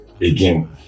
again